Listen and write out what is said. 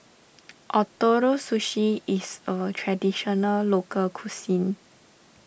Ootoro Sushi is a Traditional Local Cuisine